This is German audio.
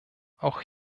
auch